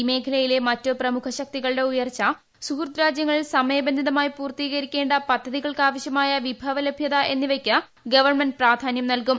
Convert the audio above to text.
ഈ മേഖലയിലെ മറ്റ് പ്രമുഖ ശക്തികളുടെ ഉയർച്ച സുഹൃത് രാജ്യങ്ങളിൽ സമയബന്ധിതമായി പൂർത്തീകരിക്കേ പദ്ധതികൾക്കാവശ്യമായ വിഭവ ലഭൃത എന്നിവയ്ക്ക് ഗവൺമെന്റ് പ്രാധാന്യം നൽകും